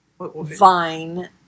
vine